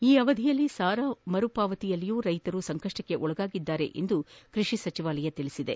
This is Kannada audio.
ಈ ಅವಧಿಯಲ್ಲಿ ಸಾಲ ಮರುಪಾವತಿಸುವಲ್ಲಿಯೂ ರೈತರು ಸಂಕಷ್ಟಕ್ಕೊಳಗಾಗಿದ್ದಾರೆ ಎಂದು ಕೃಷಿ ಸಚಿವಾಲಯ ಹೇಳಿದೆ